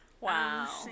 Wow